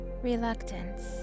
Reluctance